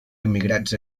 emigrats